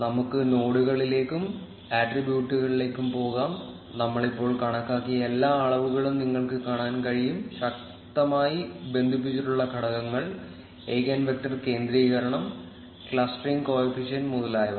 നമുക്ക് നോഡുകളിലേക്കും ആട്രിബ്യൂട്ടുകളിലേക്കും പോകാം നമ്മൾ ഇപ്പോൾ കണക്കാക്കിയ എല്ലാ അളവുകളും നിങ്ങൾക്ക് കാണാൻ കഴിയും ശക്തമായി ബന്ധിപ്പിച്ചിട്ടുള്ള ഘടകങ്ങൾ ഐജൻവെക്റ്റർ കേന്ദ്രീകരണം ക്ലസ്റ്ററിംഗ് കോ എഫിഷ്യന്റ് മുതലായവ